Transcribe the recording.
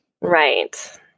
Right